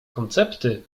koncepty